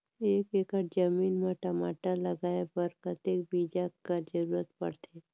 एक एकड़ जमीन म टमाटर लगाय बर कतेक बीजा कर जरूरत पड़थे?